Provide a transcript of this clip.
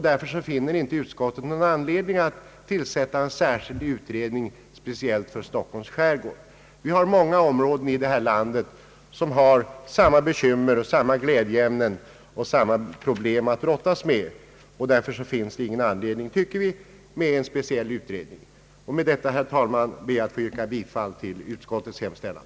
Därför finner utskottet inte någon anledning att tillsätta en särskild utredning speciellt för Stockholms skärgård. Vi har många områden i vårt land som har samma bekymmer och glädjeämnen och samma problem att brottas med. Med detta, herr talman, ber jag att få yrka bifall till utskottets hemställan.